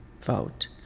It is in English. vote